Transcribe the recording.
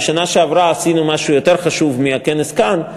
בשנה שעברה עשינו משהו יותר חשוב מהכנס כאן,